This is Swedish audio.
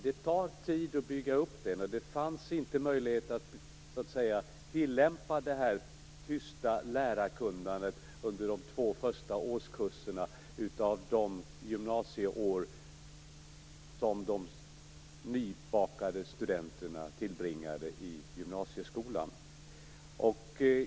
Det tar tid att bygga upp det kunnandet, men det fanns inte möjlighet att tillämpa det tysta kunnandet under de två första årskurserna av de gymnasieår som de nybakade studenterna tillbringade i gymnasieskolan.